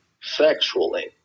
sexually